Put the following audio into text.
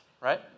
right